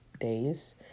days